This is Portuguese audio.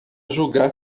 julgar